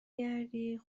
گردی